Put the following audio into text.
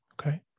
okay